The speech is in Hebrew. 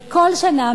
וכל שנה,